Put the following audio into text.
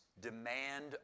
demand